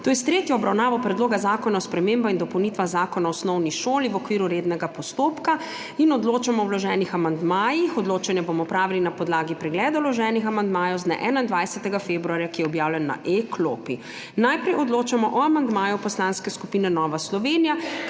s tretjo obravnavo Predloga zakona o spremembah in dopolnitvah Zakona o osnovni šoli v okviru rednega postopka. Odločamo o vloženih amandmajih. Odločanje bomo opravili na podlagi pregleda vloženih amandmajev z dne 21. februarja, ki je objavljen na e-klopi. Najprej odločamo o amandmaju Poslanske skupine Nova Slovenija